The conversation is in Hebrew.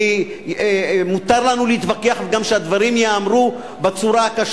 מותר לנו להתווכח וגם שהדברים ייאמרו בצורה הקשה.